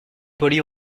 polis